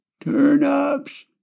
Turnips